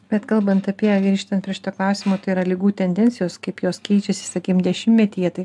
bet kalbant apie grįžtant prie šito klausimo tai yra ligų tendencijos kaip jos keičiasi sakykim dešimtmetyje tai